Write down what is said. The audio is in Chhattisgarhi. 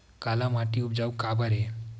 काला माटी उपजाऊ काबर हे?